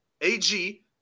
AG